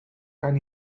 tant